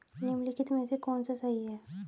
निम्नलिखित में से कौन सा सही है?